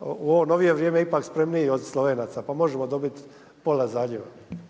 u ovo novije vrijeme ipak spremniji od Slovenaca pa možemo dobiti pola zaljeva.